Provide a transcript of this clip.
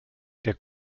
der